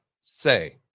say